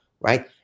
right